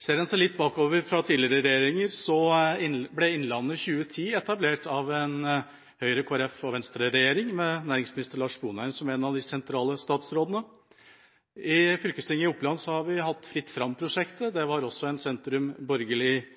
Ser en litt bakover til tidligere regjeringer, ble Innlandet 2010 etablert av en Høyre–Kristelig Folkeparti–Venstre-regjering med næringsminister Lars Sponheim som en av de sentrale statsrådene. I fylkestinget i Oppland har vi hatt Fritt fram-prosjektet. Det var også en sentrum–borgerlig-konstellasjon som sto for den. Det var ikke bare Arbeiderpartiet som la fram en